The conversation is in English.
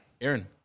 Aaron